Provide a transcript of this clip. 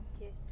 Yes